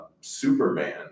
Superman